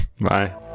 Bye